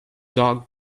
dark